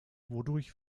wodurch